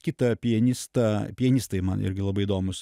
kitą pianistą pianistai man irgi labai įdomūs